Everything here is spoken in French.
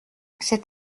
cet